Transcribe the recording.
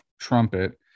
trumpet